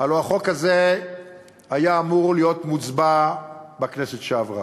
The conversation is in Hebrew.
הלוא החוק הזה היה אמור להיות מוצבע בכנסת שעברה.